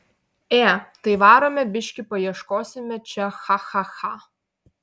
ė tai varome biškį paieškosime čia cha cha cha